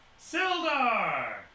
SILDAR